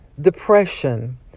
Depression